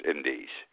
Indies